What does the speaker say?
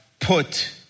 put